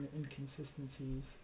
inconsistencies